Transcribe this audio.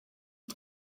ati